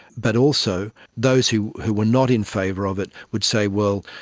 but also those who who were not in favour of it would say, well,